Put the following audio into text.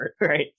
Right